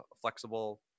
flexible